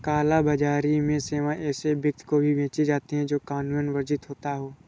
काला बाजारी में सेवाएं ऐसे व्यक्ति को भी बेची जाती है, जो कानूनन वर्जित होता हो